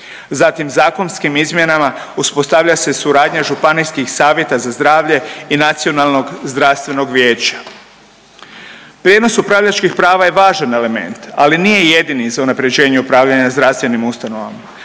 Zatim zakonskim izmjenama uspostavlja se suradnja Županijskih savjeta za zdravlje i Nacionalnog zdravstvenog vijeća. Prijenos upravljačkih prava je važan element, ali nije jedini za unapređenje upravljanja zdravstvenim ustanovama.